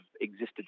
existed